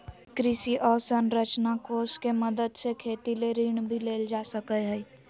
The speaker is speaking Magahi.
कृषि अवसरंचना कोष के मदद से खेती ले ऋण भी लेल जा सकय हय